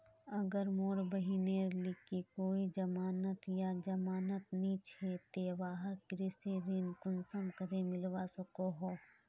अगर मोर बहिनेर लिकी कोई जमानत या जमानत नि छे ते वाहक कृषि ऋण कुंसम करे मिलवा सको हो?